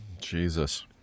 Jesus